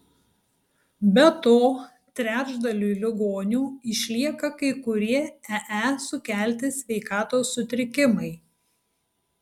be to trečdaliui ligonių išlieka kai kurie ee sukelti sveikatos sutrikimai